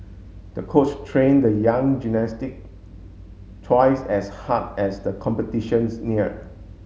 the coach trained the young gymnastic twice as hard as the competitions near